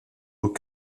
aux